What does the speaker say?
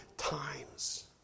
times